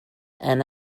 and